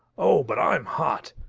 oh, but i'm hot!